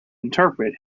interpret